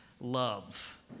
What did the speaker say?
love